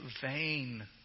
vain